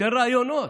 תנו ראיונות.